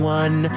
one